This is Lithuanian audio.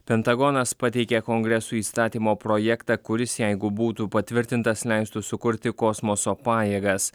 pentagonas pateikė kongresui įstatymo projektą kuris jeigu būtų patvirtintas leistų sukurti kosmoso pajėgas